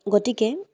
গতিকে